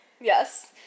Yes